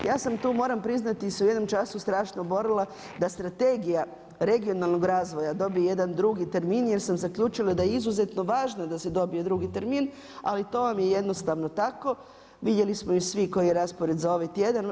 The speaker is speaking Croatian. Ja sam tu moram priznati u jednom času strašno borila da strategija regionalnog razvoja dobije jedan drugi termin jer sam zaključila da je izuzetno važno da se dobije drugi termin ali to vam je jednostavno tako, vidjeli smo svi koji je raspored za ovaj tjedan.